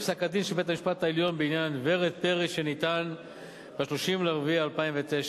ופסק-הדין של בית-המשפט העליון בעניין ורד פרי שניתן ב-30 באפריל 2009,